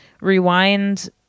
rewind